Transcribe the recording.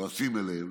כועסים עליהם,